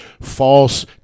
false